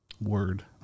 word